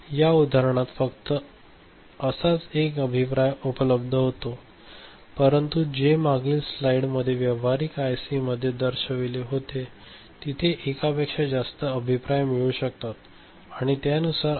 या उदाहरणात पहा फक्त असाच एक अभिप्राय उपलब्ध होता परंतु जे मागील स्लाइडमध्ये व्यावहारिक आयसीमध्ये दर्शविले होते तिथे एकापेक्षा जास्त अभिप्राय मिळू शकतात आणि त्यानुसार आय